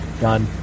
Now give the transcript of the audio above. done